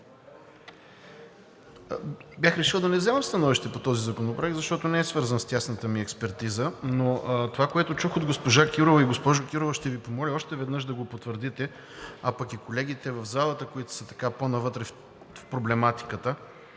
Бях решил да не вземам становище по този законопроект, защото не е свързан с тясната ми експертиза, но това, което чух от госпожа Кирова и, госпожо Кирова, ще Ви помоля още веднъж да го потвърдите, а пък и колегите в залата, които са по-навътре в проблематиката.